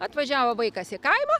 atvažiavo vaikas į kaimą